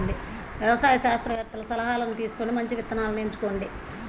వ్యవసాయ శాస్త్రవేత్తల సలాహాను తీసుకొని మంచి విత్తనాలను ఎంచుకోండి